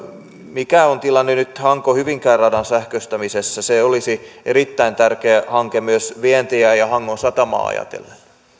mikä on tilanne nyt hanko hyvinkää radan sähköistämisessä se olisi erittäin tärkeä hanke myös vientiä ja ja hangon satamaa ajatellen